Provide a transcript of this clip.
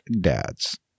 dads